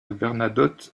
bernadotte